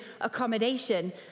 accommodation